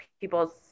people's